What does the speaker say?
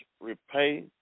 repay